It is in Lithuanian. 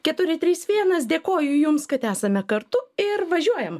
keturi trys vienas dėkoju jums kad esame kartu ir važiuojam